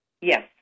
Yes